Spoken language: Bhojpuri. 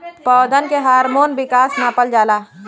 पौधन के हार्मोन विकास नापल जाला